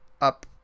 up